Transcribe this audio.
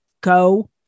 Go